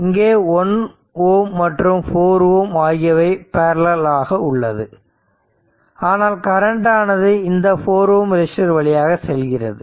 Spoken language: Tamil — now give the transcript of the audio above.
இங்கே 1 Ω மற்றும் 4 Ω ஆகியவை பேரலல் ஆக உள்ளது ஆனால் கரண்ட் ஆனது இந்த 4 Ω ரெசிஸ்டர் வழியாக செல்கிறது